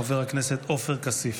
חבר הכנסת עופר כסיף.